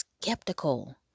skeptical